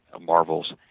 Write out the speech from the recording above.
marvels